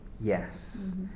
Yes